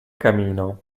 camino